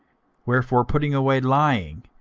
wherefore putting away lying,